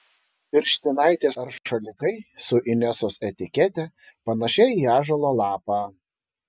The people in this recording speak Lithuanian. pirštinaitės ar šalikai su inesos etikete panašia į ąžuolo lapą